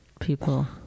people